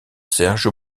serge